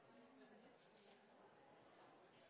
men